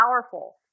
powerful